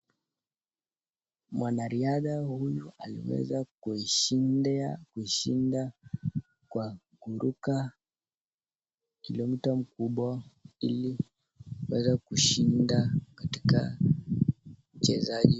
Mwanariadha huyu aliweza kushinda kwa kuruka kilomita kubwa ili kuweza kushinda katika uchezaji.